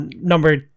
Number